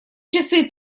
часы